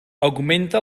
augmenta